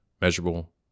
measurable